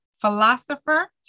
philosopher